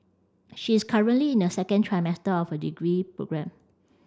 she is currently in her second trimester of her degree programme